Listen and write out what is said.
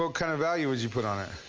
so kind of value would you put on it?